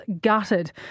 gutted